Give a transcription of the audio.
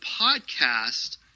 podcast